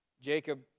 Jacob